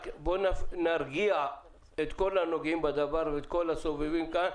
רק בוא נרגיע את כל הנוגעים בדבר ואת כל הסובבים כאן.